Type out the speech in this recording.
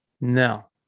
No